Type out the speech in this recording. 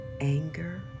anger